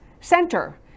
center